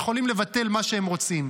הם יכולים לבטל מה שהם רוצים.